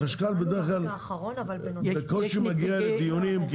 החשכ"ל בדרך כלל בקושי מגיע לדיונים,